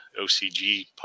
OCG